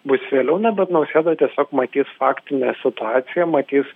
bus vėliau na bet nausėda tiesiog matys faktinę situaciją matys